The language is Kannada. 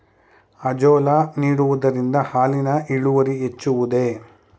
ಅಜೋಲಾ ನೀಡುವುದರಿಂದ ಹಾಲಿನ ಇಳುವರಿ ಹೆಚ್ಚುವುದೇ?